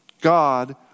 God